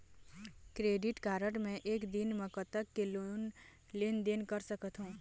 Credit card मे एक दिन म कतक के लेन देन कर सकत हो?